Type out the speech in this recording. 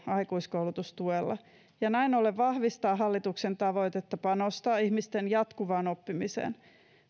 aikuiskoulutustuella ja näin ollen vahvistaa hallituksen tavoitetta panostaa ihmisten jatkuvaan oppimiseen